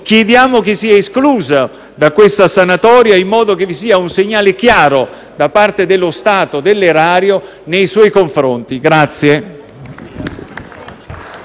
chiediamo che sia escluso da questa sanatoria, in modo che vi sia un segnale chiaro da parte dello Stato e dell'erario nei suoi confronti.